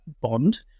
bond